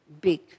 big